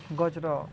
ଗଛ୍ର